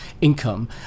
income